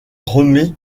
remet